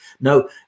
No